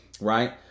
right